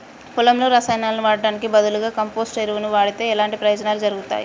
పొలంలో రసాయనాలు వాడటానికి బదులుగా కంపోస్ట్ ఎరువును వాడితే ఎలాంటి ప్రయోజనాలు ఉంటాయి?